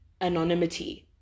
anonymity